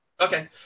Okay